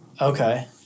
okay